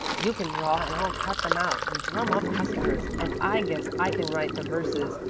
you can draw and i'll cut them out and drum up customers, and i guess i can write the verses.